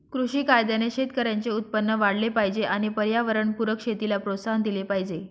कृषी कायद्याने शेतकऱ्यांचे उत्पन्न वाढले पाहिजे आणि पर्यावरणपूरक शेतीला प्रोत्साहन दिले पाहिजे